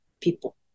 people